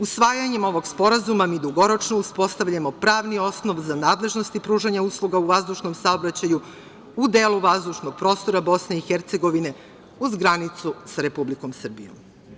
Usvajanjem ovog sporazuma mi dugoročno uspostavljamo pravni osnov za nadležnosti pružanja usluga u vazdušnom saobraćaju u delu vazdušnog prostora BiH uz granicu sa Republikom Srbijom.